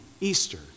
Easter